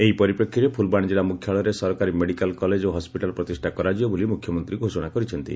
ଏହି ପରିପ୍ରେକ୍ଷୀରେ ଫୁଲବାଣୀ ଜିଲ୍ଲା ମୁଖ୍ୟାଳୟରେ ସରକାରୀ ମେଡ଼ିକାଲ କଲେଜ ଓ ହସ୍ୱିଟାଲ ପ୍ରତିଷ୍ଷା କରାଯିବ ବୋଲି ମୁଖ୍ୟମନ୍ତୀ ଘୋଷଣା କରିଛନ୍ତି